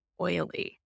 oily